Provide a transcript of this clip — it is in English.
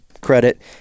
credit